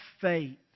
faith